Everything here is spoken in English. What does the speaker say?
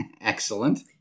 Excellent